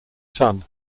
son